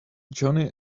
johnny